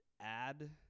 add